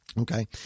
Okay